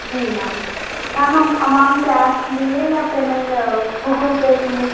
جی ma'am ma'am ہم آپ amount cash لیں گے یا پیمنٹ گوگل پے لیں گے